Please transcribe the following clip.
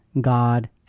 God